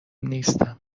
نیستم